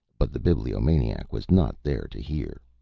but the bibliomaniac was not there to hear.